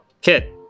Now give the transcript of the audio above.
Kit